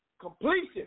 Completion